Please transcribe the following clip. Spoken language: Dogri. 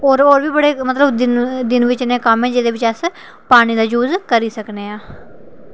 होर बी मतलब बड़े दिन बिच कम्म न जेह्दे ई अस पानी दा यूज़ करी सकनेआं